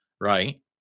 right